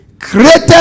created